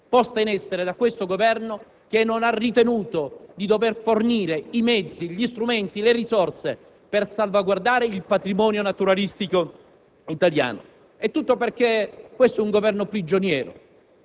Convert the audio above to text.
posta in essere da questo Governo, che non ha ritenuto di dover fornire i mezzi, gli strumenti, le risorse per salvaguardare il patrimonio naturalistico italiano. E tutto perché questo è un Governo prigioniero,